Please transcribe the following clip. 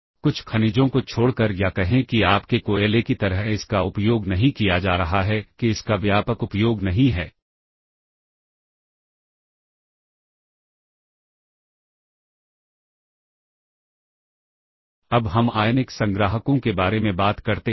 तो आप कुछ को होल्ड करने के लिए एक रजिस्टर का उपयोग कर सकते हैं कुछ पैरामीटर को होल्ड कर सकते हैं जिन्हें आप सबरूटीन में पास करना चाहते हैं